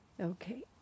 Okay